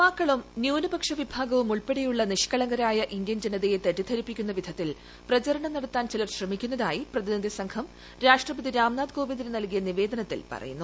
യുവാക്കളും ന്യൂനപക്ഷ വിഭാഗവും ഉൾപ്പെടെയുള്ള നിഷ്കളങ്കരായ ഇന്ത്യൻ ജനതയെ തെറ്റിദ്ധരിപ്പിക്കുന്ന വിധത്തിൽ പ്രചരണം നടത്താൻ ചിലർ ശ്രമിക്കുന്നതായി പ്രതിനിധി സംഘം രാഷ്ട്രപതി രാംനാഥ് കോവിന്ദിന് നൽകിയ നിവേദനത്തിൽ പറയുന്നു